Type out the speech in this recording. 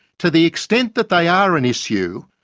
to the extent that they are an issue,